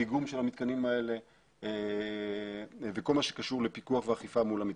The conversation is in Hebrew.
דיגום של המתקנים האלה וכול מה שקשור לפיקוח ואכיפה מול המתקנים.